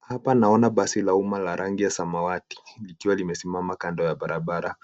Hapa naona basi la umma la rangi ya samawati likiwa limesimama kando ya barabara.